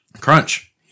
Crunch